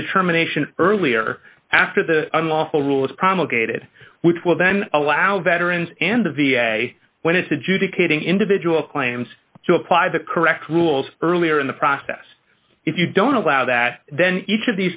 a determination earlier after the unlawful rules promulgated which will then allow veterans and the v a when it's adjudicating individual claims to apply the correct rules earlier in the process if you don't allow that then each of